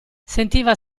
sentiva